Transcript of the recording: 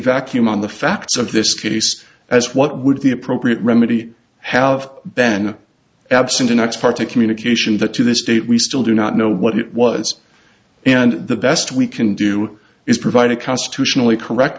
vacuum on the facts of this case as what would the appropriate remedy have then absent an ex parte communication that to this date we still do not know what it was and the best we can do is provide a constitutionally correct